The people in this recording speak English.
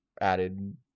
added